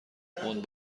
پوند